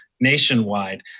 nationwide